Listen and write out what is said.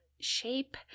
shape